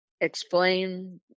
explain